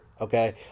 okay